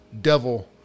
Devil